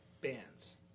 bands